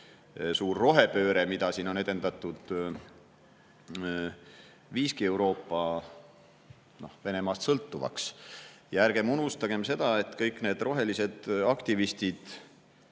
suur rohepööre, mida siin on edendatud, [tegigi] Euroopa Venemaast sõltuvaks. Ja ärgem unustagem seda, et kõik need rohelised aktivistid,